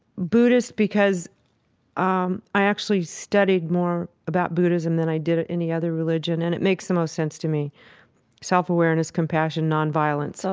buddhist because um i actually studied more about buddhism than i did any other religion, and it makes the most sense to me self-awareness, compassion, nonviolence, so